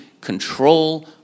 control